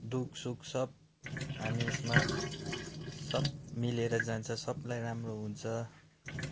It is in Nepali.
दुःख सुख सब हामी यसमा सब मिलेर जान्छ सबलाई राम्रो हुन्छ